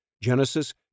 Genesis